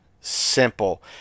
simple